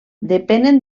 depenen